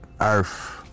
earth